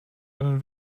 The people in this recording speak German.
einen